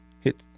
Hit